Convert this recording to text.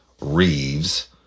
Reeves